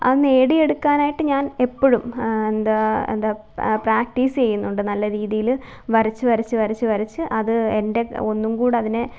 അത് നേടിയെടുക്കാനായിട്ട് ഞാന് എപ്പോഴും എന്താ എന്താ പ്രാക്ടീസ്യ്യുന്നുണ്ട് നല്ല രീതിയില് വരച്ചു വരച്ചു വരച്ചു വരച്ച് അത് എന്റെ ഒന്നും കൂടതിനെ